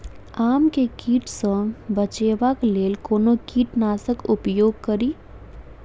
आम केँ कीट सऽ बचेबाक लेल कोना कीट नाशक उपयोग करि?